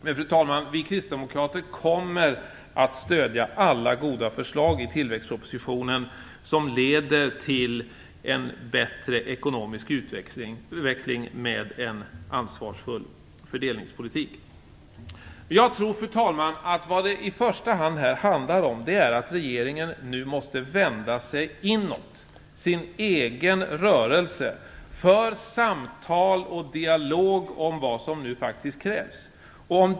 Men, fru talman, vi kristdemokrater kommer att stödja alla goda förslag i tillväxtpropositionen som leder till en bättre ekonomisk utveckling med en ansvarsfull fördelningspolitik. Fru talman! Vad det i första hand här handlar om är att regeringen nu måste vända sig inåt sin egen rörelse för samtal och dialog om vad som nu faktiskt krävs.